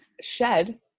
shed